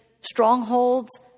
strongholds